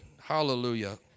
Hallelujah